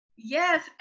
Yes